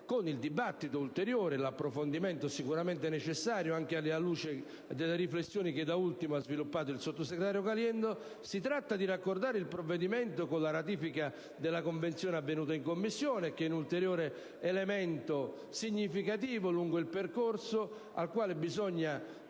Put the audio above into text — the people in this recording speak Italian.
con il dibattito ulteriore e il necessario approfondimento, anche alla luce delle riflessioni che, da ultimo, ha sviluppato il sottosegretario Caliendo. Si tratta di raccordare il provvedimento con la ratifica della Convenzione avvenuta in Commissione, che è un ulteriore elemento significativo lungo il percorso, al quale bisogna